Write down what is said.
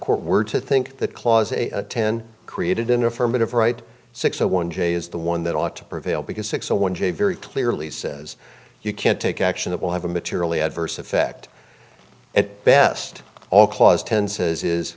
court were to think that clause a ten created an affirmative right six zero one j is the one that ought to prevail because six zero one j very clearly says you can't take action that will have a materially adverse effect at best all clause ten says is